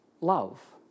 love